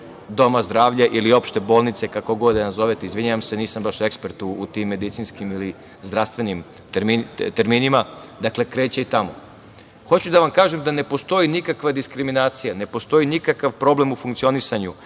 doma zdravlja ili opšte bolnice, kako god da je nazovete, izvinjavam se, nisam baš ekspert u tim medicinskim ili zdravstvenim terminima, dakle kreće i tamo. Hoću da vam kažem da ne postoji nikakva diskriminacija, ne postoji nikakav problem u funkcionisanju,